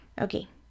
Okay